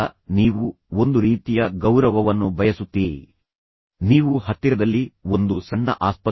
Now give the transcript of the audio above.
ಆದ್ದರಿಂದ ಇವು ಸಕಾರಾತ್ಮಕವಾದವುಗಳಾಗಿವೆ ಆದರೆ ಇಲ್ಲಿ ಅವರು ಸೂಚಿಸುವ ಪ್ರಕಾರ ನೀವು ಅಲ್ಲ ಎಂದು ಹೇಳುತ್ತಿದ್ದಾರೆ